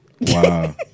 Wow